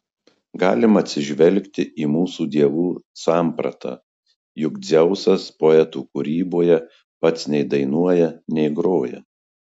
galima atsižvelgti į mūsų dievų sampratą juk dzeusas poetų kūryboje pats nei dainuoja nei groja